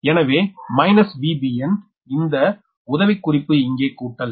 எனவே minus Vbn இந்த உதவிக்குறிப்பு இங்கே கூட்டல்